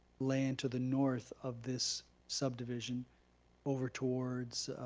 land to the north of this subdivision over towards